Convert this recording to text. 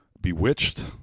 Bewitched